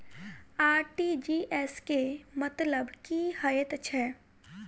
RTGS केँ मतलब की हएत छै?